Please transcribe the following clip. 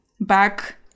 back